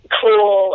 cool